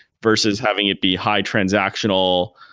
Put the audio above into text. versus having it be high-transactional,